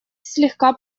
слегка